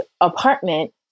apartment